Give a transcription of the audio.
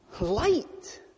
light